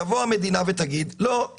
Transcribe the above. תבוא המדינה ותגיד: לא,